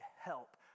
help